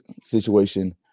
situation